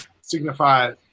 signify